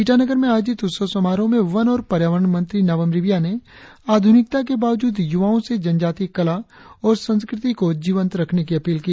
ईटानगर में आयोजित उत्सव समारोह में वन और पर्यावरण मंत्री नावम रिबिया ने आधुनिकता के बावजूद युवाओ से जनजातिय कला और संस्कृति को जीवन्त रखने की अपील की